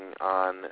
on